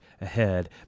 ahead